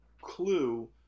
clue